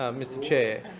um mr chair.